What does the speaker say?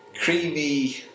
creamy